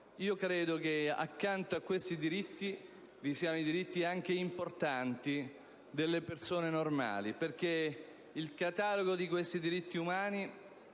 Io credo che, accanto a questi diritti, vi siano i diritti, anche importanti, delle persone normali, perché il catalogo di questi diritti umani,